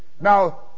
Now